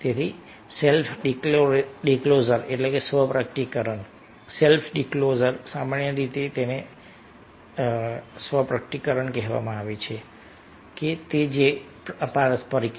તેથી સેલ્ફ ડિસ્ક્લોઝરસ્વ પ્રગટીકરણ સેલ્ફ ડિસ્ક્લોઝર સામાન્ય રીતે કહેવાય છે કે તે પારસ્પરિક છે